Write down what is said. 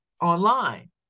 online